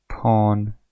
Pawn